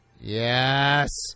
Yes